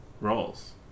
roles